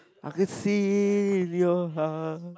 I can see in your heart